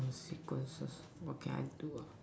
sequences what can I do ah